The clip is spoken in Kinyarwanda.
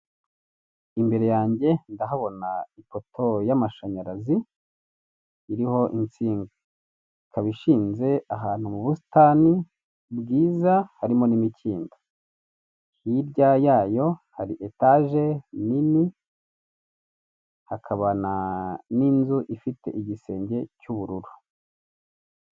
Imbere yanjye ndahabona ipoto y'amashanyarazi iriho insinga, ikaba ishinze ahantu mu busitani bwiza harimo n'imikindo, hirya yayo hari etage nini hakabana n'inzu ifite igisenge cy'ubururu.